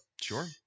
sure